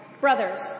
Brothers